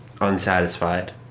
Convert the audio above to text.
unsatisfied